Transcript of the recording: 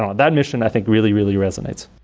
ah that mission i think really, really resonates.